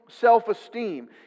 self-esteem